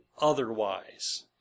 otherwise